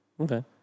Okay